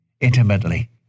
intimately